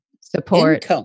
support